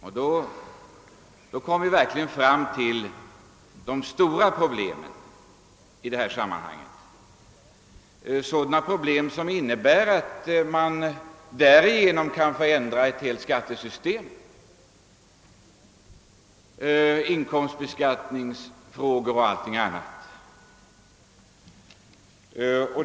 Och då kom vi fram till de verkligt stora problemen i detta sammanhang, problem vilkas lösning kan förändra ett helt skattesystem — jag tänker på inkomstbeskattningsfrågor och liknande.